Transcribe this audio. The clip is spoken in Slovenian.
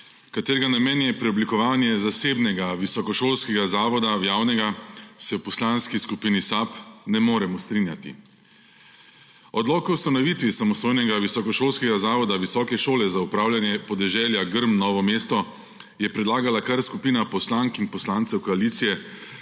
katerega namen je preoblikovanje zasebnega visokošolskega zavoda v javnega, se v Poslanski skupini SAB ne moremo strinjati. Odlok o ustanovitvi samostojnega visokošolskega zavoda Visoke šole za upravljanje podeželja Grm Novo mesto je predlagala kar skupina poslank in poslancev koalicije